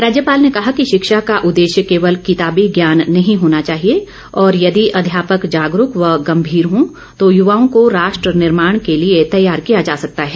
राज्यपाल ने कहा कि शिक्षा का उद्देश्य केवल किताबी ज्ञान नही होना चाहिए और यदि अध्यापक जागरूक व गम्भीर हो तो युवाओं को राष्ट्र निर्माण के लिए तैयार किया जा सकता है